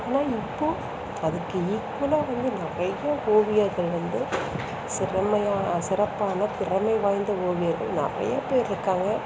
ஆனால் இப்போது அதுக்கு ஈக்குவலாக வந்து நிறைய ஓவியர்கள் வந்து திறமையா சிறப்பான திறமை வாய்ந்த ஓவியர்கள் நிறையா பேருக்காங்க